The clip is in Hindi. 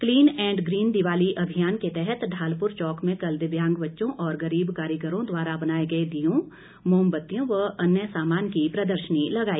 क्लीन एंड ग्रीन दिवाली अभियान के तहत ढालपुर चौक में कल दिव्यांग बच्चों और गरीब कारीगरों द्वारा बनाए गए दीयों मोमबतियों व अन्य सामान की प्रदर्शनी लगाई गई